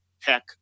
tech